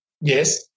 Yes